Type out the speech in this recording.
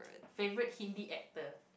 favorite Hindi actor